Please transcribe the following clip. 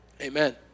Amen